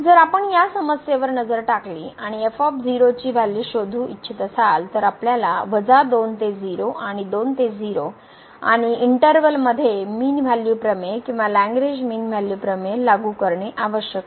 जर आपण या समस्येवर नजर टाकली आणि f ची व्हॅल्यू शोधू इच्छित असाल तर आपल्याला 2 ते 0 आणि 2 ते 0 आणि इंटर्वल मध्ये मीन व्हॅल्यू प्रमेय किंवा लग्रेंज मीन व्हॅल्यू प्रमेय लागू करणे आवश्यक आहे